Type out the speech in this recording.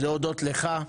זה הודות לך,